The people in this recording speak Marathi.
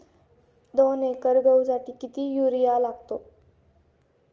दोन एकर गहूसाठी किती युरिया लागतो?